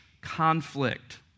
conflict